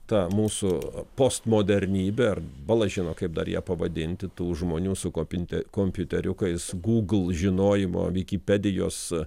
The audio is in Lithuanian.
ta mūsų postmodernybė ar bala žino kaip dar ją pavadinti tų žmonių sukopinti kompiuteriukais google žinojimo vikipedijos